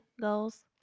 goals